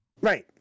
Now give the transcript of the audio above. Right